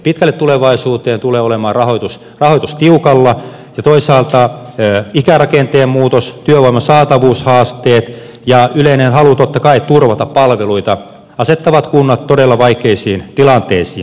pitkälle tulevaisuuteen tulee olemaan rahoitus tiukalla ja toisaalta ikärakenteen muutos työvoiman saatavuushaasteet ja yleinen halu totta kai turvata palveluita asettavat kunnat todella vaikeisiin tilanteisiin